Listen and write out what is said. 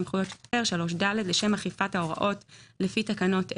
"סמכויות שוטר 3ד.לשם אכיפת ההוראות לפי תקנות אלה,